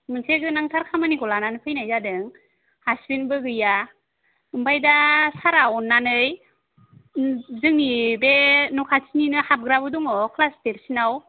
मोनसे गोनांथार खामानिखौ लानानै फैनाय जादों हारसिङैबो गैया ओमफ्राय दा सारा अननानै जोंनि बे न' खाथिनिनो हाबग्राबो दङ क्लास देरसिनाव